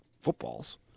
footballs